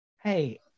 hey